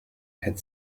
had